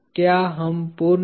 क्या हम पूर्ण हैं